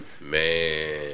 Man